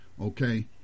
okay